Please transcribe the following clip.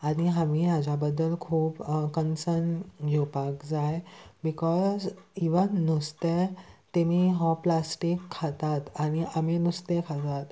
आनी आमी हाज्या बद्दल खूब कन्सन घेवपाक जाय बिकॉज इवन नुस्तें तेमी हो प्लास्टीक खातात आनी आमी नुस्तें खातात